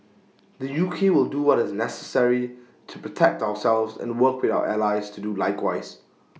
the U K will do what is necessary to protect ourselves and work with our allies to do likewise